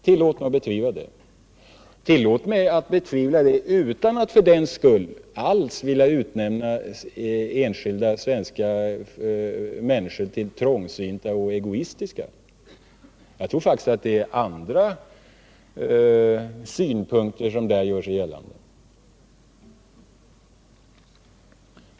Tillåt mig betvivla det — utan att för den skull alls vilja utnämna enskilda svenska människor till trångsynta och egoistiska. Jag tror faktiskt att det är andra synpunkter som där gör sig gällande.